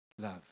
love